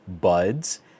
buds